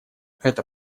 это